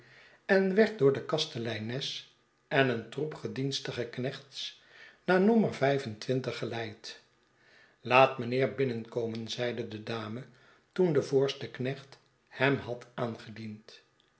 en werd door de kasteleines en een troep gedienstige knechts naar nommer vijf en twintig geleid laat mijnheer binnenkomen zeide de dame toen de voorste knecht hem had